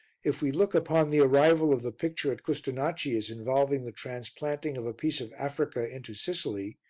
if we look upon the arrival of the picture at custonaci as involving the transplanting of a piece of africa into sicily,